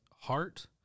heart